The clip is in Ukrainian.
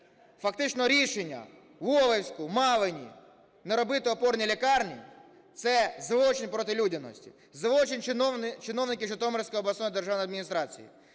Фактично рішення в Олевську, в Малині не робити опорні лікарні – це злочин проти людяності, злочин чиновників Житомирської обласної державної адміністрації.